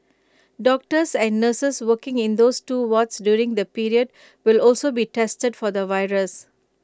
doctors and nurses working in those two wards during the period will also be tested for the virus